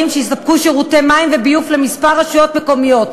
שיספקו שירותי מים וביוב לכמה רשויות מקומיות.